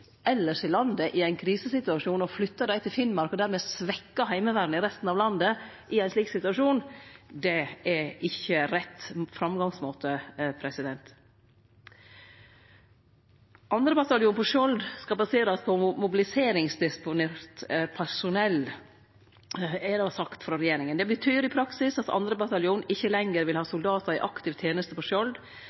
i landet i ein krisesituasjon og flytte dei til Finnmark og dermed svekkje Heimevernet i resten av landet i ein slik situasjon, er ikkje rett framgangsmåte. 2. bataljon på Skjold skal baserast på mobiliseringsdisponert personell, er det sagt frå regjeringa. Det betyr i praksis at 2. bataljon ikkje lenger vil ha soldatar i aktiv teneste på